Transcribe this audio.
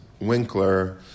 Winkler